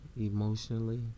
emotionally